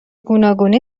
گوناگونی